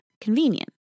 convenient